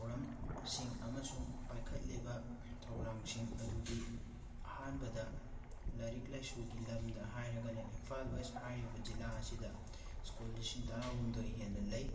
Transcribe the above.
ꯊꯧꯔꯝꯁꯤꯡ ꯑꯃꯁꯨꯡ ꯄꯥꯏꯈꯠꯂꯤꯕ ꯊꯧꯔꯥꯡꯁꯤꯡ ꯑꯗꯨꯗꯤ ꯑꯍꯥꯟꯕꯗ ꯂꯥꯏꯔꯤꯛ ꯂꯥꯏꯁꯨꯒꯤ ꯂꯝꯗ ꯍꯥꯏꯔꯒꯅ ꯏꯝꯐꯥꯜ ꯋꯦꯁ ꯍꯥꯏꯔꯤꯕ ꯖꯤꯂꯥ ꯑꯁꯤꯗ ꯁ꯭ꯀꯨꯜ ꯂꯤꯁꯤꯡ ꯇꯔꯥꯍꯨꯝꯗꯣꯏ ꯍꯦꯟꯅ ꯂꯩ